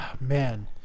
man